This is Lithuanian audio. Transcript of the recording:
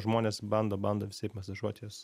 žmonės bando bando visaip masažuot juos